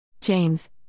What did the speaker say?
james